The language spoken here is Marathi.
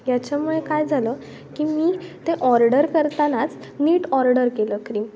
याच्यामुळे काय झालं की मी ते ऑर्डर करतानाच नीट ऑर्डर केलं क्रीम